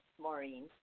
Maureen